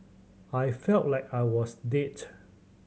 I felt like I was dead